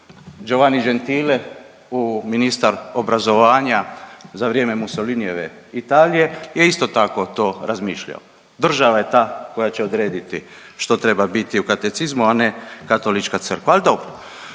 Giovanni Gentile u, ministar obrazovanja za vrijeme Mussolinijeve Italije je isto tako to razmišljao. Država je ta koja će odrediti što treba biti u katecizmu, a ne Katolička crkva, ali dobro